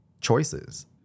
choices